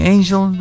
Angel